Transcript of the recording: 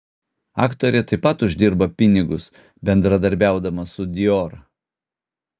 aktorė taip pat uždirba pinigus bendradarbiaudama su dior